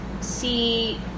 see